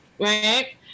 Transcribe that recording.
right